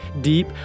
Deep